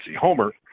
homer